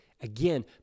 Again